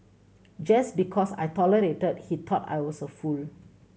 just because I tolerated he thought I was a fool